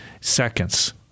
seconds